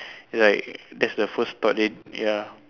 like there's the first thought they ya